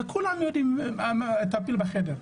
וכולם יודעים את הפיל בחדר.